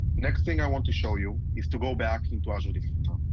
next thing i want to show you is to go back into azure defender.